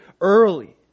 early